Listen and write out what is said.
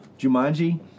Jumanji